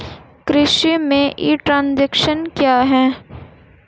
कृषि में e extension क्या है?